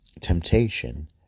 temptation